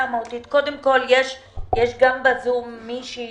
קודם כל, יש בזום משהי